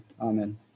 Amen